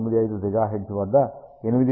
95 GHz వద్ద 8